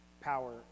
power